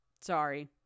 sorry